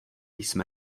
jsme